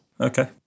Okay